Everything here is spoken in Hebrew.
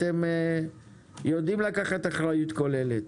אתם יודעים לקחת אחריות כוללת.